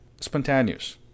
Spontaneous